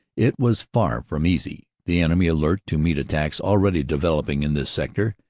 it was far from easy. the enemy, alert to meet attacks already devel oping in this sector,